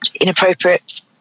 inappropriate